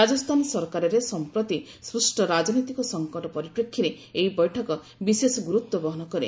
ରାଜସ୍ଥାନ ସରକାରରେ ସମ୍ପ୍ରତି ସୃଷ୍ଟ ରାଜନୈତିକ ସଂକଟ ପରିପ୍ରେକ୍ଷୀରେ ଏହି ବୈଠକ ବିଶେଷ ଗୁରୁତ୍ୱ ବହନ କରେ